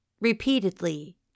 repeatedly